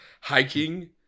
Hiking